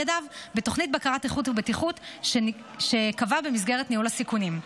ידיו בתוכנית בקרת איכות ובטיחות שקבע במסגרת ניהול הסיכונים.